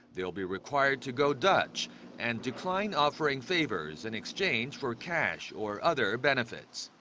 they will be required to go dutch and decline offering favors in exchange for cash or other benefits.